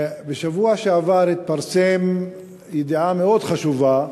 בשבוע שעבר התפרסמה ידיעה מאוד חשובה,